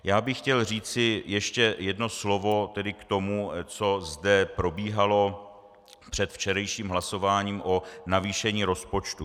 Já bych chtěl říci ještě jedno slovo k tomu, co zde probíhalo před včerejším hlasováním o navýšení rozpočtu.